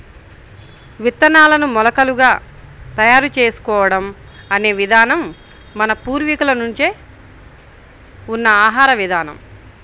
విత్తనాలను మొలకలుగా తయారు చేసుకోవడం అనే విధానం మన పూర్వీకుల నుంచే ఉన్న ఆహార విధానం